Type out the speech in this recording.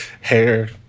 hair